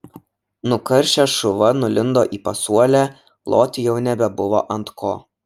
nukaršęs šuva nulindo į pasuolę loti jau nebebuvo ant ko